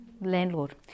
Landlord